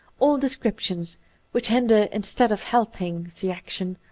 all desci'iptions which hinder instead of helping the action,